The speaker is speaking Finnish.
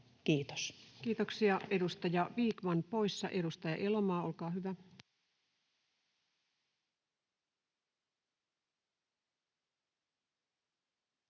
Content: Kiitoksia. — Edustaja Vikman poissa. — Edustaja Elomaa, olkaa hyvä.